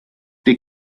the